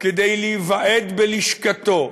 כדי להיוועד בלשכתו,